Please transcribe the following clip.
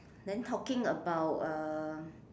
then talking about uh